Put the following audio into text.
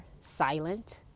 silent